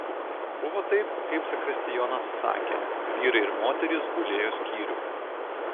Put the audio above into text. buvo taip kaip zakristijonas sakė vyrai ir moterys gulėjo skyrium